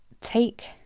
take